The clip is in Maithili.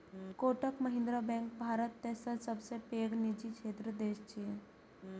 कोटक महिंद्रा बैंक भारत तेसर सबसं पैघ निजी क्षेत्रक बैंक छियै